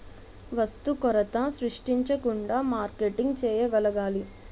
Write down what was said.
వస్తు కొరత సృష్టించకుండా మార్కెటింగ్ చేయగలగాలి